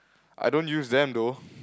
I don't use them though